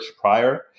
prior